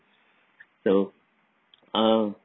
so um